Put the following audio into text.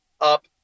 up